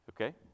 Okay